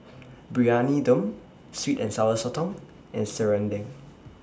Briyani Dum Sweet and Sour Sotong and Serunding